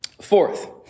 Fourth